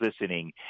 listening